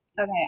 okay